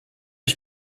ich